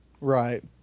right